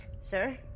sir